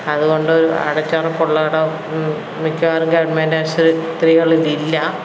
അതുകൊണ്ട് അടച്ചുറപ്പുള്ള ഇടം മിക്കവാറും ഗവൺമെൻ്റ് ആശുപത്രികളിൽ ഇല്ല